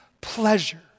pleasure